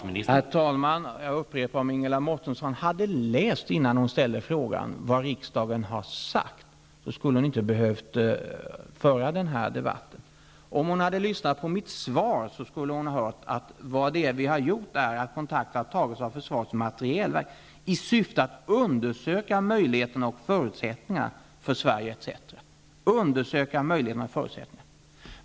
Herr talman! Jag upprepar: Om Ingela Mårtensson innan hon ställde frågan hade läst vad riksdagen har uttalat, skulle hon inte ha behövt föra denna debatt. Om hon hade lyssnat på mitt svar, skulle hon ha hört att det som har gjorts är att kontakt tagits av försvarets materielverk i syfte att undersöka möjligheterna och förutsättningarna för Sverige etc. Jag upprepar: undersöka möjligheterna och förutsättningarna.